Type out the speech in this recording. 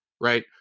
Right